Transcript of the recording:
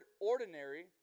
ordinary